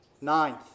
Ninth